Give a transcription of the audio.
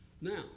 Now